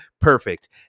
perfect